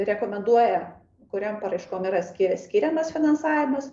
rekomenduoja kuriom paraiškom yra ski skiriamas finansavimas